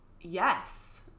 yes